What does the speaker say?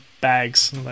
bags